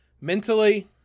mentally